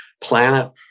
planet